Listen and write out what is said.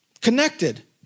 Connected